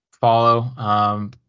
follow